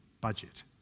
budget